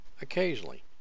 Occasionally